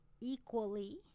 equally